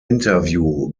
interview